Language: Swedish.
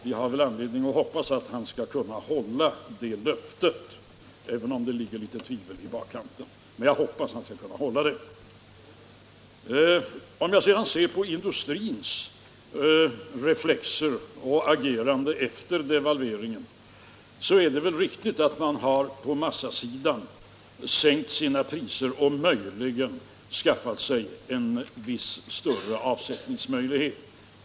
Vi har väl anledning att hoppas att han skall kunna hålla det löftet, även om det ligger litet tvivel i bakkanten. Om jag sedan ser på industrins reflexer och agerande efter devalveringen är det väl riktigt att man på massasidan har sänkt priserna och kanske skaffat sig en viss större avsättningsmöjlighet.